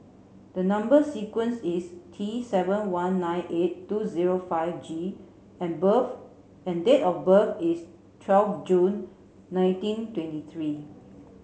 the number sequence is T seven one nine eight two zero five G and birth date of birth is twelve June nineteen twenty three